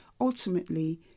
Ultimately